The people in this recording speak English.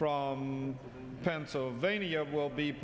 from pennsylvania will be